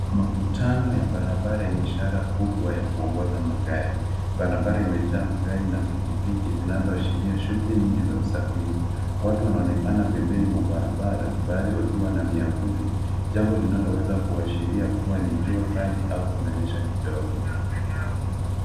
Makutano ya barabara yenye ishara kubwa ya kuongoza magari. Barabara imejaa magari na pikipiki zinazoashiria shughuli nyingi za usafiri. Watu wanaonekana pembeni mwa barabara, baadhi wakiwa na miavuli, jambo linaloweza kuashiria kuwa ni jua kali au kunanyesha kidogo.